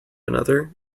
another